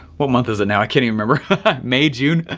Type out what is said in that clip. what month is now i can't remember may, june.